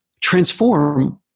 transform